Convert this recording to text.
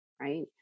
right